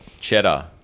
cheddar